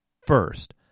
First